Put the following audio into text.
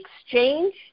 exchange